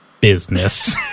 business